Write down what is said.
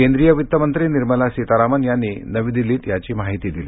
केंद्रीय अर्थमंत्री निर्मला सीतारामन यांनी नवी दिल्लीत याची माहिती दिली